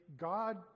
God